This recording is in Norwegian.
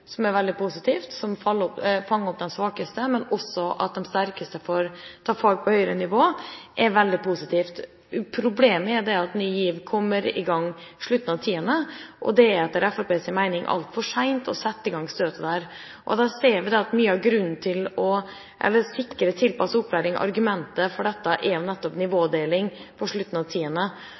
fanger opp de svakeste, men også lar de sterkeste ta fag på høyere nivå, er veldig positivt. Problemet er at man kommer i gang med Ny GIV i slutten av tiende trinn. Etter Fremskrittspartiets mening er det altfor sent å sette inn støtet der. Vi ser at når det gjelder å sikre tilpasset opplæring, er jo argumentet for dette nettopp nivådeling på slutten av